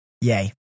yay